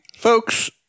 Folks